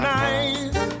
nice